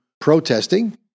protesting